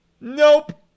Nope